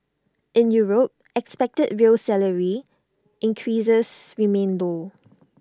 in Europe expected real salary increases remain low